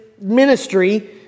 ministry